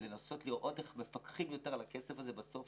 לנסות ולראות איך מפקחים יורת על הכסף הזה בסוף,